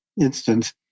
instance